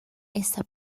esa